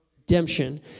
redemption